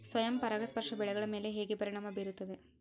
ಸ್ವಯಂ ಪರಾಗಸ್ಪರ್ಶ ಬೆಳೆಗಳ ಮೇಲೆ ಹೇಗೆ ಪರಿಣಾಮ ಬೇರುತ್ತದೆ?